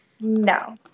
No